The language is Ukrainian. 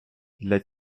для